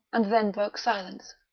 and then broke silence.